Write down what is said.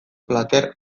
plater